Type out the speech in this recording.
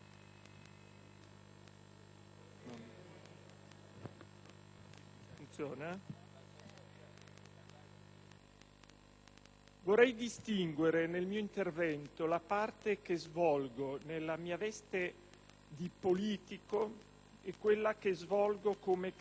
vorrei distinguere, nel mio intervento, la parte che svolgo nella mia veste di politico e quella che svolgo come credente.